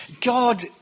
God